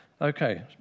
Okay